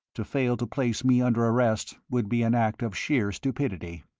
to fail to place me under arrest would be an act of sheer stupidity.